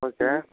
okay